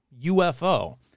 UFO